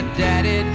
daddy